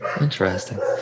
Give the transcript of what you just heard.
interesting